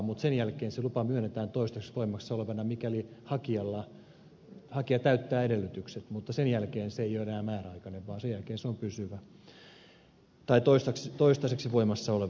mutta sen jälkeen se lupa myönnetään toistaiseksi voimassa olevana mikäli hakija täyttää edellytykset ja se ei ole enää määräaikainen vaan sen jälkeen se on pysyvä tai toistaiseksi voimassa oleva